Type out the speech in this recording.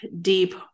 deep